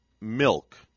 milk